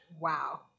Wow